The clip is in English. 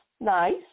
nice